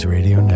Radio